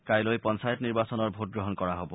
কাইলৈ পঞ্চায়ত নিৰ্বাচনৰ ভোটগ্ৰহণ কৰা হব